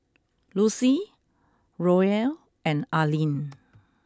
Lucie Roel and Arline